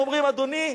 הם אומרים: אדוני,